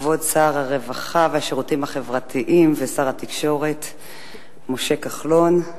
כבוד שר הרווחה והשירותים החברתיים ושר התקשורת משה כחלון,